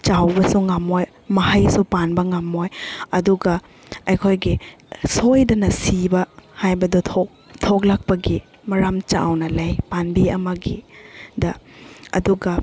ꯆꯥꯎꯕꯁꯨ ꯉꯝꯃꯣꯏ ꯃꯍꯩꯁꯨ ꯄꯥꯟꯕ ꯉꯝꯃꯣꯏ ꯑꯗꯨꯒ ꯑꯩꯈꯣꯏꯒꯤ ꯁꯣꯏꯗꯅ ꯁꯤꯕ ꯍꯥꯏꯕꯗꯨ ꯊꯣꯛ ꯊꯣꯛꯂꯛꯄꯒꯤ ꯃꯔꯝ ꯆꯥꯎꯅ ꯂꯩ ꯄꯥꯟꯕꯤ ꯑꯃꯒꯤꯗ ꯑꯗꯨꯒ